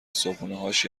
صبحونههاش